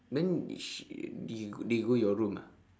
then is she they they go your room ah